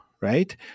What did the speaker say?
right